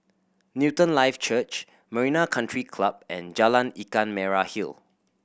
Newton Life Church Marina Country Club and Jalan Ikan Merah Hill